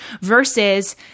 versus